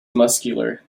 muscular